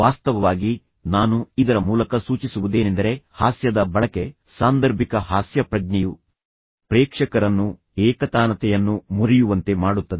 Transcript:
ವಾಸ್ತವವಾಗಿ ನಾನು ಇದರ ಮೂಲಕ ಸೂಚಿಸುವುದೇನೆಂದರೆ ಹಾಸ್ಯದ ಬಳಕೆ ಸಾಂದರ್ಭಿಕ ಹಾಸ್ಯ ಪ್ರಜ್ಞೆಯು ಪ್ರೇಕ್ಷಕರನ್ನು ಏಕತಾನತೆಯನ್ನು ಮುರಿಯುವಂತೆ ಮಾಡುತ್ತದೆ